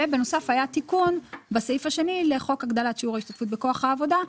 ובנוסף היה תיקון בסעיף השני לחוק הגדלת שיעור ההשתתפות בכוח העבודה,